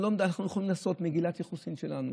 אנחנו יכולים לעשות מגילת יוחסין שלנו,